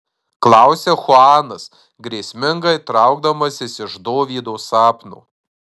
klausia chuanas grėsmingai traukdamasis iš dovydo sapno